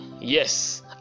yes